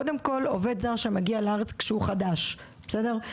קודם כל עובד זר שמגיע לארץ כשהוא חדש, בסדר?